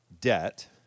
debt